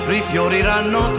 rifioriranno